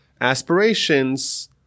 aspirations